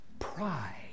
Pride